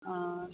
ആ